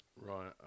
Right